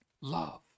Love